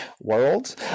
world